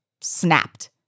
snapped